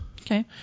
Okay